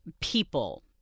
people